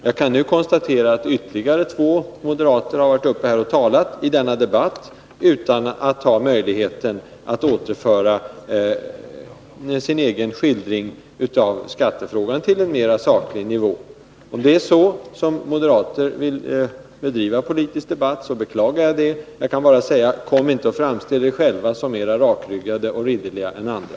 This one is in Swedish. Jag kan nu konstatera att ytterligare två moderater har talat i denna debatt utan att använda sig av möjligheten att återföra sin egen skildring av skattefrågorna till en mer saklig nivå. Om det är så som moderater vill bedriva politisk debatt beklagar jag det. Jag kan bara säga: Kom inte och framställ er själva som mer rakryggade och ridderliga än andra.